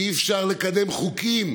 שאי-אפשר לקדם חוקים.